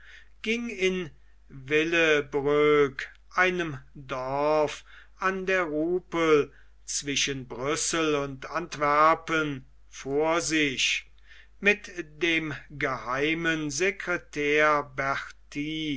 ging in villebroeck einem dorf an der rupel zwischen brüssel und antwerpen vor sich mit dem geheimen sekretär berti